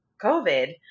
COVID